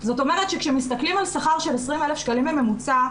זאת אומרת שכשמסתכלים על שכר של 20,000 שקלים בממוצע,